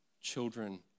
children